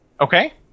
Okay